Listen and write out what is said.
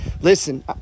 Listen